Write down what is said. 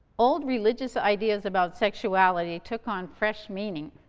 old religious ideas about sexuality took on fresh meaning.